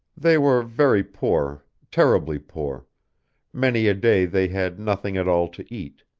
they were very poor, terribly poor many a day they had nothing at all to eat.